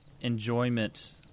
enjoyment